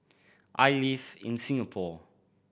I live in Singapore